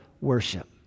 worship